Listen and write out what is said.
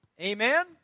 Amen